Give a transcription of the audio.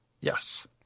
Yes